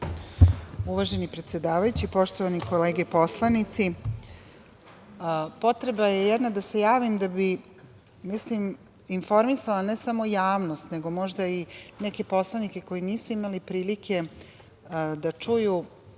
Uvaženi predsedavajući, poštovane kolege poslanici, potreba je jedna da se javim da bih informisala ne samo javnost nego možda i neke poslanike koji nisu imali prilike da čuju